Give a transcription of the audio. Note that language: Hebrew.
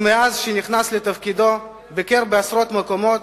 ומאז נכנס לתפקידו הוא ביקר בעשרות מקומות